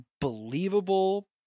believable